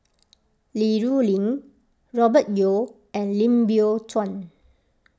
Li Rulin Robert Yeo and Lim Biow Chuan